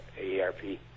AARP